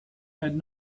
had